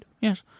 yes